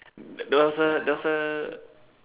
there's a there's a